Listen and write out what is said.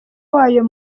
wayo